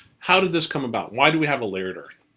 how did this come about? why do we have a layered earth?